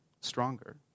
stronger